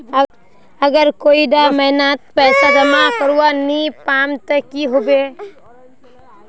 अगर कोई डा महीनात पैसा जमा करवा नी पाम ते की होबे?